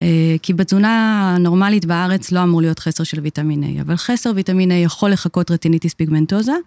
כי בתזונה הנורמלית בארץ לא אמור להיות חסר של ויטמין איי, אבל חסר ויטמין איי יכול לחקות רטיניטיס פיגמנטוזה.